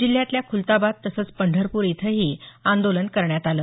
जिल्ह्यातल्या ख्रल्ताबाद तसंच पंढऱपूर इथंही आंदोलन करण्यात आलं